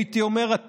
הייתי אומר, הטבעית,